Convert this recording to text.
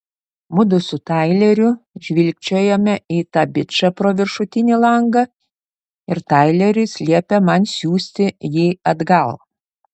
mudu su taileriu žvilgčiojame į tą bičą pro viršutinį langą ir taileris liepia man siųsti jį atgal